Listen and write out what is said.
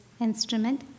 instrument